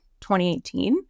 2018